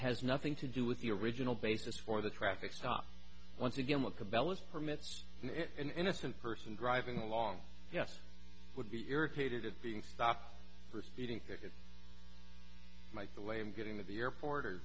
has nothing to do with the original basis for the traffic stop once again with the balance permits innocent person driving along yes would be irritated of being stopped for speeding tickets might delay in getting to the airport or